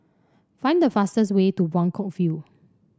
find the fastest way to Buangkok View